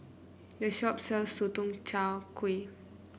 this shop sells Sotong Char Kway